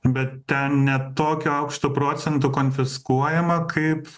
bet ten ne tokiu aukštu procentu konfiskuojama kaip